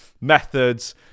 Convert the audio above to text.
methods